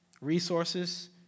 resources